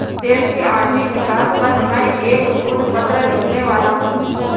देश की आर्थिक विकास पर मैं एक शोध पत्र लिखने वाला हूँ